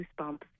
goosebumps